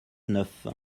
neuf